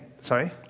sorry